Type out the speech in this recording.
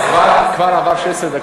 כבר עברו 16 דקות?